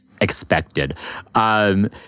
expected